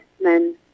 men